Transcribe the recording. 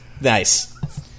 Nice